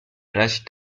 rust